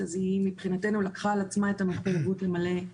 ולהציע דרכים והמלצות